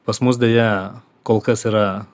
pas mus deja kol kas yra